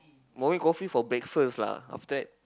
morning coffee for breakfast lah after that